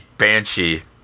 Banshee